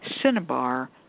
cinnabar